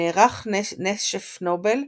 נערך "נשף נובל"